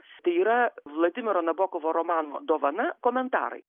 tai yra vladimiro nabokovo romano dovana komentarai